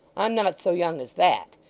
i'm not so young as that.